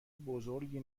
بزرگی